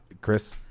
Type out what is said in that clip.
Chris